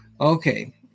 Okay